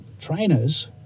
Trainers